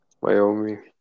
Wyoming